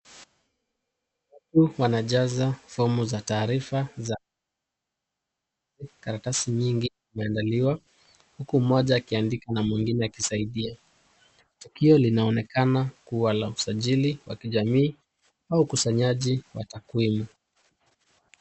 Watu wanajaza fomu za taarifa za... Karatasi nyingi zimeandaliwa, huku mmoja akiandika na mwingine akisaidia. Tukio linaonekana kuwa la usajili wa kijamii au ukusanyaji wa takwimu.